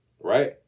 right